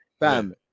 Bam